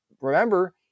Remember